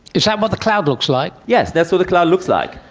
is that what the cloud looks like? yes, that's what the cloud looks like.